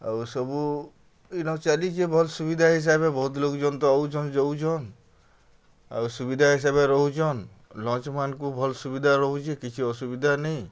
ଆଉ ସବୁ ଇନ ଚାଲିଛେ ଭଲ୍ ସୁବିଧା ହିସାବେ ବହୁତ୍ ଲୋକ୍ ଜନ୍ ତ ଆଉଛନ୍ ଯଉଛନ୍ ଆଉ ସୁବିଧା ହିସାବେ ରହୁଚନ୍ ଲଞ୍ଚ୍ମାନ୍ଙ୍କୁ ଭଲ୍ ସୁବିଧା ରହୁଚେ କିଛି ଅସୁବିଧା ନାହିଁ